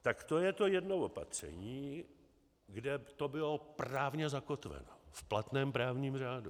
Tak to je to jedno opatření, kde to bylo právně zakotveno v platném právním řádu.